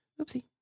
Oopsie